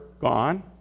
gone